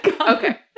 Okay